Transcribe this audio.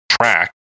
track